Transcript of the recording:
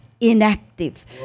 inactive